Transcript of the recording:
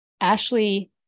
Ashley